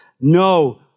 No